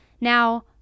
Now